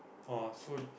oh so